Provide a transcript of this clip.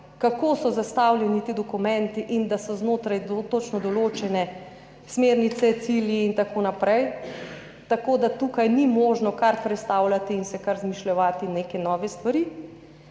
kako so zastavljeni ti dokumenti in da so znotraj točno določenih smernic, ciljev in tako naprej, tako da tukaj ni možno kar prestavljati in si izmišljevati neke nove stvari.